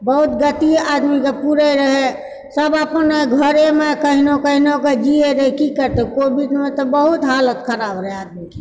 बहुत गतिए आदमीके पूरे रहए सभ अपन घरेमे कहिनो कहिनोके जिए रहए कि करिते कोइ बुझनिहार तऽ बहुत हालत खराब रहए आदमीके